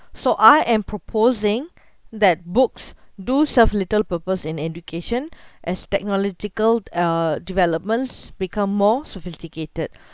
so I am proposing that books do serve little purpose in education as technological uh developments become more sophisticated